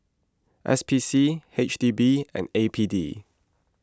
S P C H D B and A P D